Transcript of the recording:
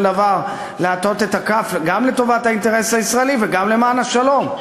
דבר להטות את הכף גם לטובת האינטרס הישראלי וגם למען השלום?